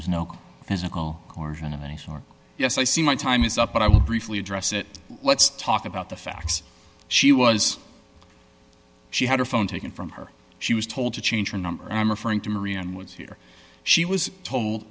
was no physical coercion and yes i see my time is up but i will briefly address it let's talk about the facts she was she had her phone taken from her she was told to change her number and i'm referring to marianne was here she was told